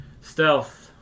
Stealth